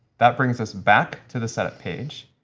that brings us back to the setup page.